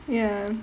ya